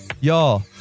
Y'all